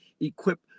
Equip